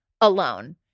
alone